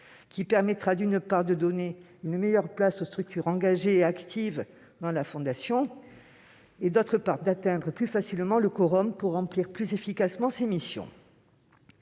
qui permettra, d'une part, de donner une meilleure place aux structures engagées et actives dans la Fondation et, d'autre part, d'atteindre plus facilement le quorum pour remplir plus efficacement ses missions.